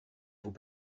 vous